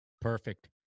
Perfect